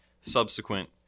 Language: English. subsequent